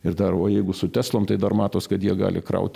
ir dar o jeigu su teslom tai dar matos kad jie gali kraut